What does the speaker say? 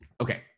Okay